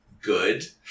good